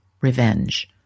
revenge